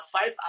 five